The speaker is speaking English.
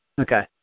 Okay